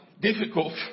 difficult